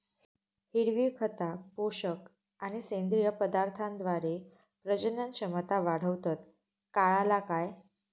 हिरवी खता, पोषक आणि सेंद्रिय पदार्थांद्वारे प्रजनन क्षमता वाढवतत, काळाला काय?